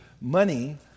money